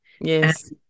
Yes